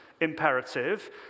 imperative